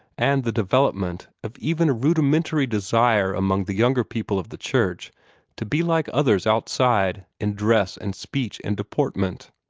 and the development of even a rudimentary desire among the younger people of the church to be like others outside in dress and speech and deportment.